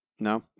no